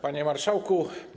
Panie Marszałku!